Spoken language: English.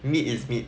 meet is meat